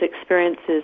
experiences